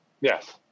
yes